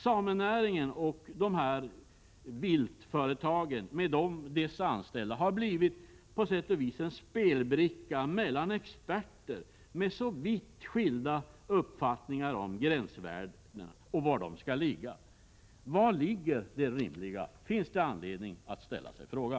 Samenäringen, viltföretagen och deras anställda har på sätt och vis blivit en bricka i spelet mellan experter med vitt skilda uppfattningar om var gränsvärdena skall ligga. Vad är rimligt, finns det anledning att fråga.